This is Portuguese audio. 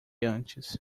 antes